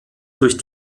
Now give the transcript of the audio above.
durch